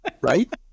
right